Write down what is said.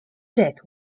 death